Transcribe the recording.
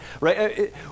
right